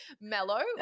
mellow